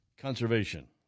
Conservation